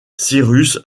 cyrus